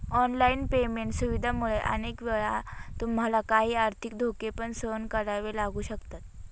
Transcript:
online payment सुविधांमुळे अनेक वेळा तुम्हाला काही आर्थिक धोके पण सहन करावे लागू शकतात